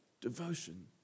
devotion